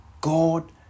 God